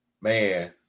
man